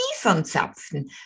Kiefernzapfen